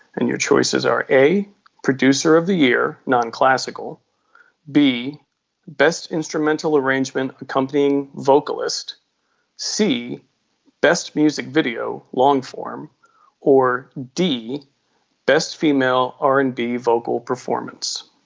and your choices are a producer of the year non classical b best instrumental arrangement accompanying vocalist c best music video long form or d best female r and b vocal performance